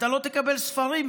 אתה לא תקבל ספרים,